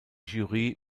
jury